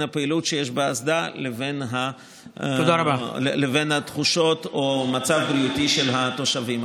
הפעילות שיש באסדה לבין התחושות או המצב הבריאותי של התושבים.